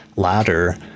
Ladder